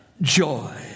joy